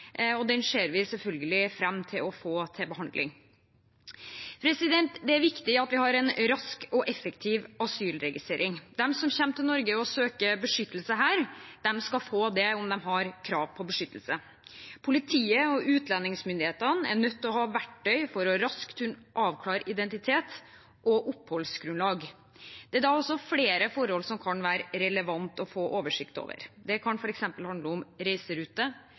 og den ser vi selvfølgelig fram til å få til behandling. Det er viktig at vi har en rask og effektiv asylregistrering. De som kommer til Norge og søker beskyttelse her, skal få det om de har krav på beskyttelse. Politiet og utlendingsmyndighetene er nødt til å ha verktøy for raskt å kunne avklare identitet og oppholdsgrunnlag. Det er da flere forhold som kan være relevante å få oversikt over. Det kan handle om f.eks. reiserute,